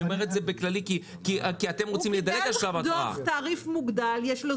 אני אומר את זה בכללי כי אתם רוצים לדלג על שלב ההתראה.